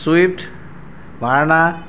swift Verna